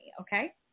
okay